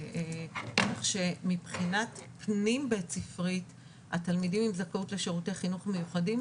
כך שמבחינה פנים ספרית התלמידים עם זכאות לשירותי חינוך מיוחדים